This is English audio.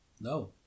no